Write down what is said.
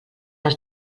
els